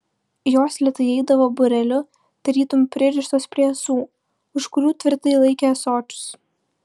jos lėtai eidavo būreliu tarytum pririštos prie ąsų už kurių tvirtai laikė ąsočius